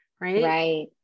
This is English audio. right